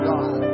God